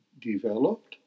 developed